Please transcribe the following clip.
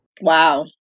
Wow